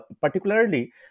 particularly